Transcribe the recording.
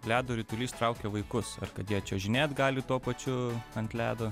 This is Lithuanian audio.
ledo ritulys traukia vaikus ar kad jie čiuožinėt gali tuo pačiu ant ledo